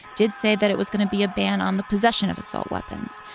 did say that it was going to be a ban on the possession of assault weapons.